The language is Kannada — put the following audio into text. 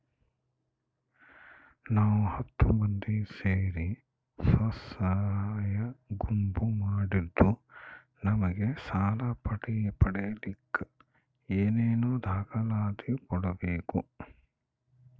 ನಾವು ಹತ್ತು ಮಂದಿ ಸೇರಿ ಸ್ವಸಹಾಯ ಗುಂಪು ಮಾಡಿದ್ದೂ ನಮಗೆ ಸಾಲ ಪಡೇಲಿಕ್ಕ ಏನೇನು ದಾಖಲಾತಿ ಕೊಡ್ಬೇಕು?